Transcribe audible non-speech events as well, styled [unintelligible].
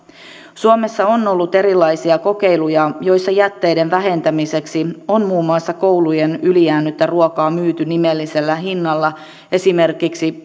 suomessa on ollut erilaisia kokeiluja joissa jätteiden vähentämiseksi on muun muassa koulujen ylijäänyttä ruokaa myyty nimellisellä hinnalla esimerkiksi [unintelligible]